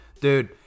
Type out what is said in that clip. dude